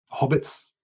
Hobbits